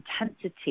intensity